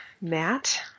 Matt